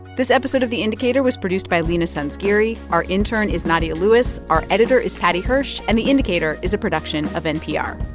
this episode of the indicator was produced by leena sanzgiri. our intern is nadia lewis. our editor is paddy hirsch, and the indicator is a production of npr